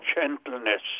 gentleness